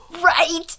right